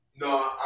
No